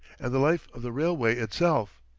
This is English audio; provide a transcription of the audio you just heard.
and the life of the railway itself.